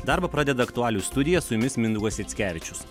darbą pradeda aktualijų studija su jumis mindaugas jackevičius